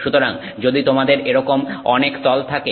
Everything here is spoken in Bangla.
সুতরাং যদি তোমাদের এরকম অনেক তল থাকে